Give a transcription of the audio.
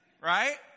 Right